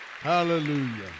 Hallelujah